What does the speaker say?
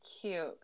cute